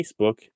Facebook